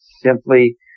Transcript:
simply